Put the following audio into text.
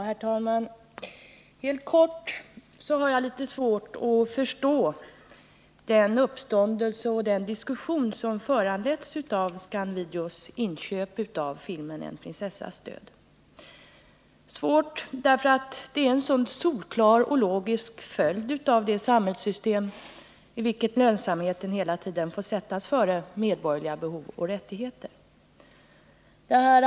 Herr talman! Jag skall fatta mig helt kort. Jag har litet svårt att förstå den uppståndelse och den diskussion som föranletts av Scand-Videos inköp av filmen En prinsessas död. Det är svårt att förstå det därför att det är en så solklar och logisk följd av det samhällssystem i vilket lönsamheten hela tiden får gå före medborgerliga behov och rättigheter.